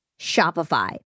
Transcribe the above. Shopify